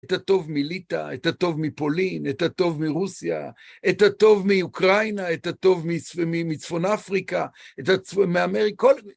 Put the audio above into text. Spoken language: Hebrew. את הטוב מליטהףא, את הטוב מפולין, את הטוב מרוסיה, את הטוב מאוקראינה, את הטוב מצפון אפריקה, את הטוב מאמריקה, כל...